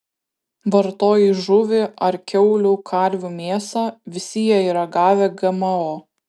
vartoji žuvį ar kiaulių karvių mėsą visi jie yra gavę gmo